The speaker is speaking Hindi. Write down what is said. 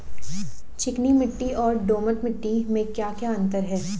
चिकनी मिट्टी और दोमट मिट्टी में क्या क्या अंतर है?